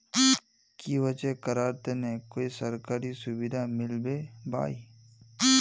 की होचे करार तने कोई सरकारी सुविधा मिलबे बाई?